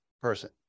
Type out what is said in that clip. person